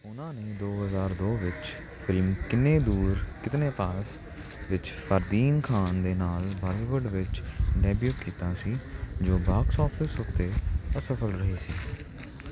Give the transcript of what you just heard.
ਉਹਨਾਂ ਨੇ ਦੋ ਹਜ਼ਾਰ ਦੋ ਵਿੱਚ ਫ਼ਿਲਮ ਕਿੰਨੇ ਦੂਰ ਕਿਤਨੇ ਪਾਸ ਵਿੱਚ ਫਰਦੀਨ ਖਾਨ ਦੇ ਨਾਲ ਬਾਲੀਵੁੱਡ ਵਿੱਚ ਡੈਬਿਊ ਕੀਤਾ ਸੀ ਜੋ ਬਾਕਸ ਆਫਿਸ ਉੱਤੇ ਅਸਫ਼ਲ ਰਹੀ ਸੀ